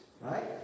right